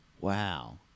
Wow